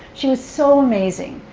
she was so amazing.